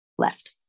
left